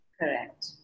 Correct